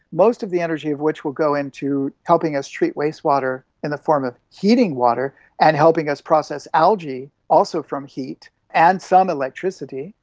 most of the energy of which will go into helping us treat wastewater in the form of heating water and helping us process algae, also from heat, and some electricity,